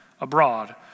abroad